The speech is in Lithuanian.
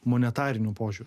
monetariniu požiūriu